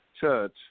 church